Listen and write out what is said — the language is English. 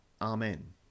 Amen